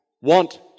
want